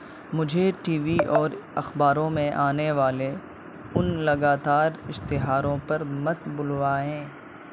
مجھے TV اور اخباروں میں آنے والے ان لگاتار اشتہاروں پر مت بلوائیں